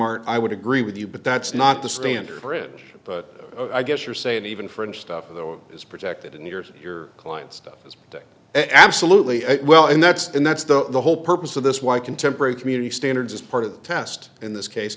art i would agree with you but that's not the standard bridge but i guess you're saying even french stuff though it is protected and here's your client stuff is absolutely well and that's and that's the whole purpose of this why contemporary community standards as part of the test in this case